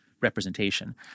representation